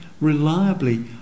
reliably